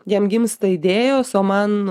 jam gimsta idėjos o man